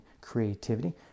creativity